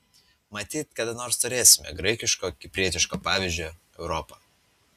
matyt kada nors turėsime graikiško kiprietiško pavyzdžio europą